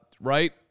right